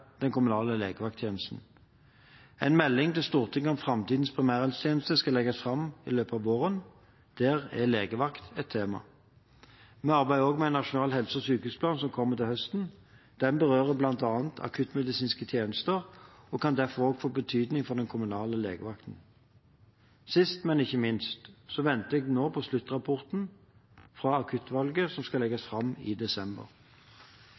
den kommunale legevakttjenesten. En melding til Stortinget om framtidens primærhelsetjeneste skal legges fram i løpet av våren. Der er legevakt et tema. Vi arbeider også med en nasjonal helse- og sykehusplan som kommer til høsten. Den berører bl.a. akuttmedisinske tjenester og kan derfor også få betydning for den kommunale legevakten. Sist, men ikke minst, venter jeg nå på sluttrapporten fra Akuttutvalget, som skal legges fram i desember.